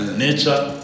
nature